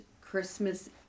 christmas